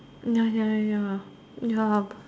ya ya ya ya ya